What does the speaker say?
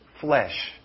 flesh